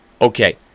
Okay